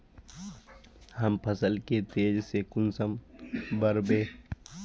हम फसल के तेज से कुंसम बढ़बे?